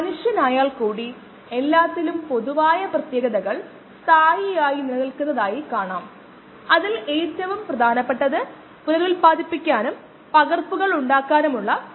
പിന്നെ ഒരു air lift bio reactor ഒരു പായ്ക്ക്ഡ് ബെഡ് ബയോ റിയാക്ടർ ഒരു ഫ്ലൂയിഡൈസ്ഡ് ബെഡ് ബയോ റിയാക്ടർ ഇത് മറ്റൊന്നും ആയി ചുറ്റിക്കറങ്ങുന്നില്ല ഒരു പാക്ക്ഡ് ബെഡ് മാത്രം